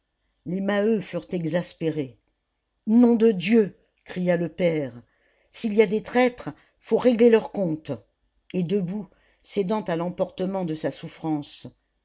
les maheu furent exaspérés nom de dieu cria le père s'il y a des traîtres faut régler leur compte et debout cédant à l'emportement de sa souffrance